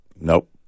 Nope